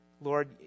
Lord